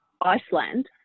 Iceland